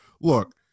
Look